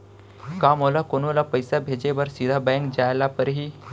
का मोला कोनो ल पइसा भेजे बर सीधा बैंक जाय ला परही?